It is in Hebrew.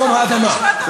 יום האדמה.